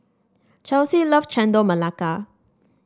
Chelsie love Chendol Melaka